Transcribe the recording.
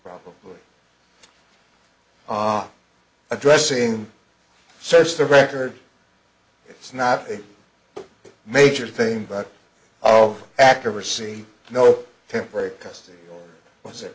probably on addressing search the record it's not a major thing but oh accuracy no temporary custody was it